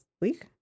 week